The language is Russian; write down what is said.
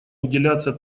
уделяться